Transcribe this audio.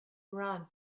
around